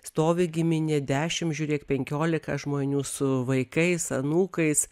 stovi giminė dešimt žiūrėk penkiolika žmonių su vaikais anūkais